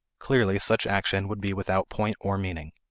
clearly, such action would be without point or meaning.